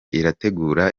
irategura